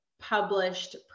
published